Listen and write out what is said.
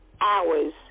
hours